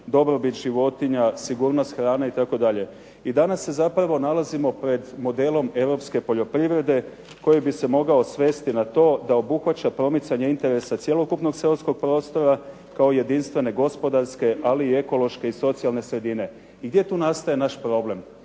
dobrobit životinja, sigurnost hrane itd. I danas se zapravo nalazimo pred modelom europske poljoprivrede koji bi se mogao svesti na to da obuhvaća promicanje interesa cjelokupnog seoskog prostora kao jedinstvene gospodarske, ali i ekološke i socijalne sredine. I gdje tu nastaje naš problem?